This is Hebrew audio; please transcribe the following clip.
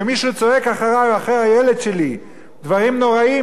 ומישהו צועק אחרי או אחרי הילד שלי דברים נוראיים,